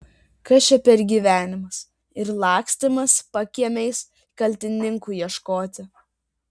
kas čia per gyvenimas ir lakstymas pakiemiais kaltininkų ieškoti